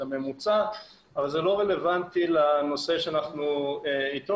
לממוצע אבל זה לא רלוונטי לנושא בו אנחנו דנים.